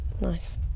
Nice